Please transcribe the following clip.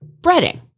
breading